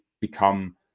become